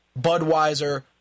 Budweiser